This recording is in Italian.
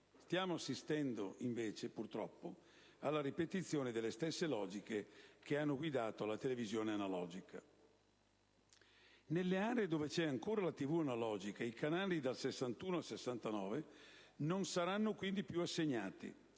Stiamo assistendo, invece, purtroppo, alla ripetizione delle stesse logiche che hanno guidato la televisione analogica. Nelle aree dove c'è ancora la TV analogica i canali dal 61 al 69 non saranno quindi più assegnati.